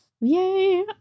Yay